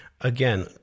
again